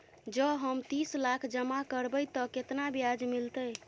जँ हम तीस लाख जमा करबै तऽ केतना ब्याज मिलतै?